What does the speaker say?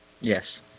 Yes